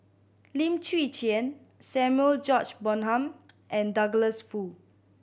Lim Chwee Chian Samuel George Bonham and Douglas Foo